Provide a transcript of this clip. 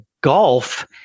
golf